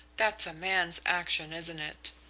that's a man's action, isn't it?